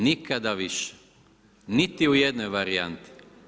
Nikada više, niti u jednoj varijanti.